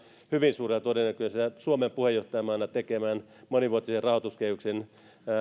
hyvin suurella todennäköisyydellä suomen puheenjohtajamaana tekemän monivuotisen rahoituskehyksen